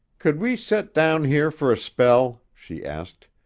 could we set down here for a spell? she asked.